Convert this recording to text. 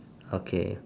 okay